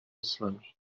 اسلامی